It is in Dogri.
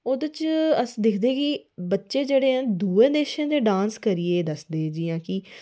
ओह्दे च अस दिक्खने कि बच्चे दूए देशें दे डांस करियै दसदे जि'यां कि